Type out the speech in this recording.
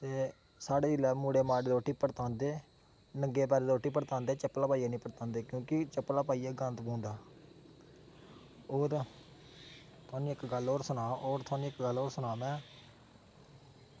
ते साढ़े जिसलै मुढे रोटी बरतांदे नंगें पैरें रोटी बरतांदे चप्पलां निं पांदे क्योंकि चप्पलां पाइयै गंद पौंदा होर तोआनू इक गल्ल होर सनांऽ तोआनू इक गल्ल होर सनांऽ में